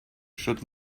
should